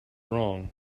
wrong